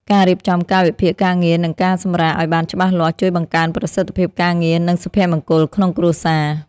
ការរៀបចំកាលវិភាគការងារ និងការសម្រាកឱ្យបានច្បាស់លាស់ជួយបង្កើនប្រសិទ្ធភាពការងារ និងសុភមង្គលក្នុងគ្រួសារ។